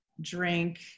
drink